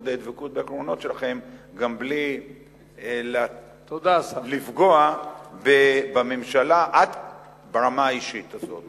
כדי דבקות בעקרונות שלכם גם בלי לפגוע בממשלה ברמה האישית הזאת.